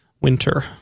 winter